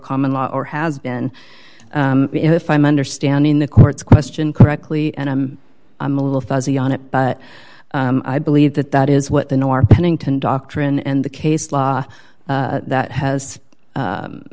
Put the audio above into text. common law or has been if i'm understanding the court's question correctly and i'm i'm a little fuzzy on it but i believe that that is what the north pennington doctrine and the case law that has